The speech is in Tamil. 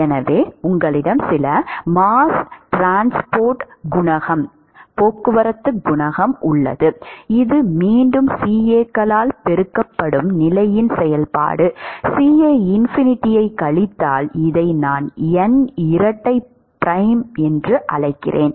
எனவே உங்களிடம் சில மாஸ் டிரான்ஸ்போர்ட் குணகம் உள்ளது இது மீண்டும் CA களால் பெருக்கப்படும் நிலையின் செயல்பாடு CA∞ ஐக் கழித்தால் இதை நான் N இரட்டைப் பிரைம் என்று அழைக்கிறேன்